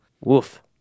Woof